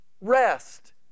Rest